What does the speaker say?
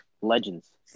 Legends